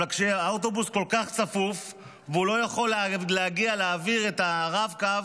אבל כשהאוטובוס כל כך צפוף והוא לא יכול להגיע ולהעביר את הרב-קו,